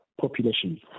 population